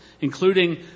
including